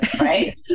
right